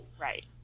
Right